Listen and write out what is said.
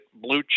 blue